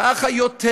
ככה יותר,